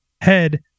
head